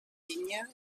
vinya